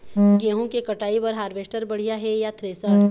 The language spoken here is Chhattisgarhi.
गेहूं के कटाई बर हारवेस्टर बढ़िया ये या थ्रेसर?